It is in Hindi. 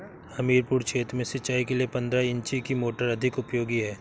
हमीरपुर क्षेत्र में सिंचाई के लिए पंद्रह इंची की मोटर अधिक उपयोगी है?